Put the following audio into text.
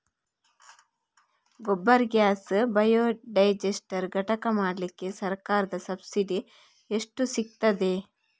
Gobar gas biodigester ಘಟಕ ಮಾಡ್ಲಿಕ್ಕೆ ಸರ್ಕಾರದ ಸಬ್ಸಿಡಿ ಎಷ್ಟು ಸಿಕ್ತಾದೆ?